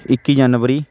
ਇੱਕੀ ਜਨਵਰੀ